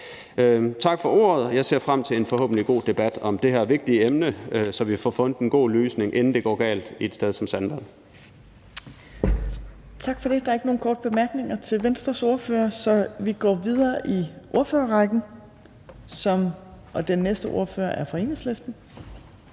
Tak for ordet. Jeg ser frem til en forhåbentlig god debat om det her vigtige emne, så vi får fundet en god løsning, inden det går galt et sted som Sandvad. Kl. 15:33 Tredje næstformand (Trine Torp): Tak for det. Der er ikke nogen korte bemærkninger til Venstres ordfører, så vi går videre i ordførerrækken. Den næste ordfører er fra Enhedslisten.